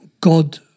God